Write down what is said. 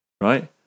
Right